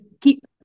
keep